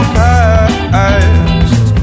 past